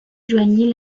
joignit